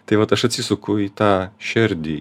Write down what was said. tai vat aš atsisuku į tą širdį